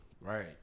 Right